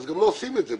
גם לא עושים את זה,